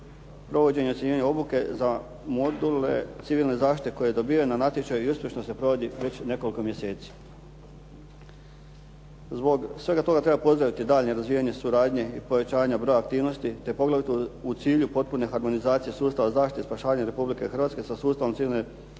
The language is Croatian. provođenje civilne obuke za module civilne zaštite koja je dobivena na natječaju i uspješno se provodi već nekoliko mjeseci. Zbog svega toga treba pozdraviti daljnje razvijanja suradnje i povećanje broja aktivnosti, te poglavito u cilju potpune harmonizacije sustava zaštite i spašavanja Republike Hrvatske sa sustavom Civilne zaštite